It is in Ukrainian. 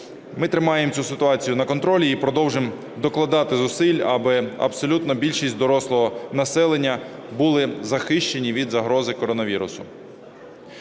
Ми тримаємо цю ситуацію на контролі і продовжимо докладати зусиль, аби абсолютну більшість дорослого населення було захищено від загрози коронавірусу.